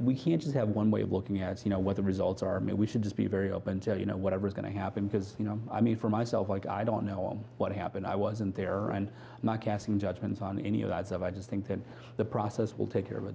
we can't just have one way of looking at you know what the results are maybe we should just be very open terry you know whatever's going to happen because you know i mean for myself like i don't know what happened i wasn't there and not casting judgment on any of the odds of i just think that the process will take care of